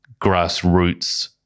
grassroots